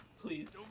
Please